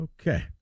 Okay